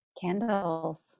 Candles